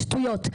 שטויות,